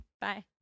bye